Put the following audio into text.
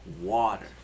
water